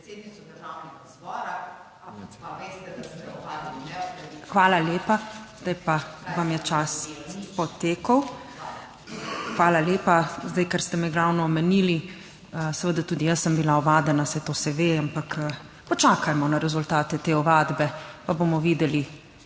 Hvala lepa. Zdaj pa vam je čas potekel. Hvala lepa. Zdaj, ker ste me ravno omenili, seveda tudi jaz sem bila ovadena, saj to se ve, ampak počakajmo na rezultate te ovadbe, pa bomo videli,